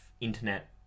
internet